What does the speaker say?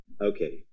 okay